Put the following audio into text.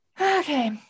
Okay